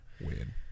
weird